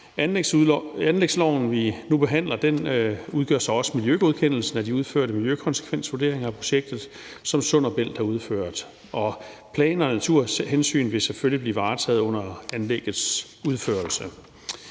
anlægslov, vi nu behandler, udgør så også miljøgodkendelsen af de udførte miljøkonsekvensvurderinger af projektet, som Sund & Bælt har udført. Plan- og naturhensyn vil selvfølgelig blive varetaget under anlæggets udførelse.